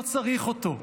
לא צריך אותו,